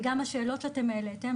וגם השאלות שאתם העליתם,